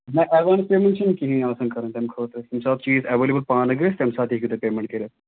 نہ advance payment چھِنہٕ کِہیٖنۍ آسان کَرٕنۍ تَمہِ خٲطرٕ ییٚمہِ ساتہٕ چیٖز اٮ۪ویلیبٕل پانہٕ گژھِ تَمہِ ساتہٕ ہیٚکِو تُہۍ پیمٮ۪نٛٹ کٔرِتھ